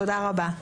תודה רבה.